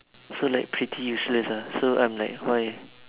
so like pretty useless ah so I'm like why